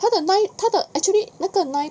他的 nine 他的 actually 那个 nine